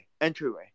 Entryway